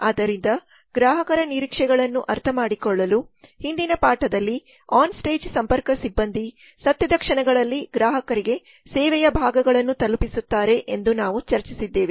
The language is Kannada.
ಆದ್ದರಿಂದ ಗ್ರಾಹಕರ ನಿರೀಕ್ಷೆಗಳನ್ನು ಅರ್ಥಮಾಡಿಕೊಳ್ಳಲು ಹಿಂದಿನ ಪಾಠದಲ್ಲಿ ಆನ್ ಸ್ಟೇಜ್ ಸಂಪರ್ಕ ಸಿಬ್ಬಂದಿ ಸತ್ಯದ ಕ್ಷಣಗಳಲ್ಲಿ ಗ್ರಾಹಕರಿಗೆ ಸೇವೆಯ ಭಾಗಗಳನ್ನು ತಲುಪಿಸುತ್ತಾರೆ ಎಂದು ನಾವು ಚರ್ಚಿಸಿದ್ದೇವೆ